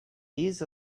these